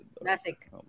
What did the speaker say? classic